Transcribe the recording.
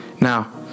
Now